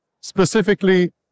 specifically